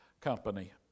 company